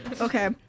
Okay